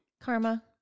Karma